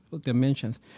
dimensions